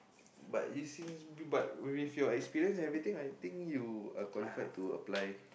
but you see but with your experience everything I think you are qualified to apply